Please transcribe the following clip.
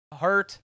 hurt